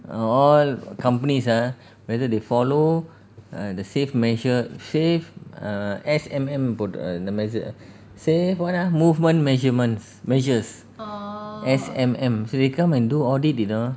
all companies ah whether they follow uh the safe measure safe err S_M_M put err the measure safe [what] ah movement measurements measures S_M_M so they come and do audit you know